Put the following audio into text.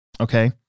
Okay